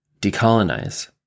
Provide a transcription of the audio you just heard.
Decolonize